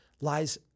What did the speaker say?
lies